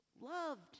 loved